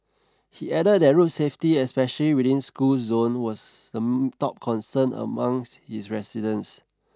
he added that road safety especially within school zones was the top concern amongst his residents